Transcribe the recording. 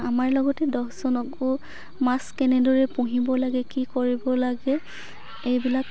আমাৰ লগতে দহজনকো মাছ কেনেদৰে পুহিব লাগে কি কৰিব লাগে এইবিলাক